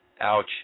Ouch